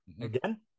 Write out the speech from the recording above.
again